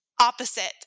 opposite